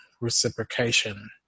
reciprocation